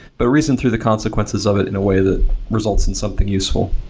but reason through the consequences of it in a way that results in something useful.